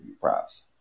props